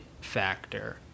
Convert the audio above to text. factor